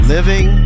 Living